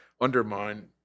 undermine